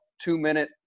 two-minute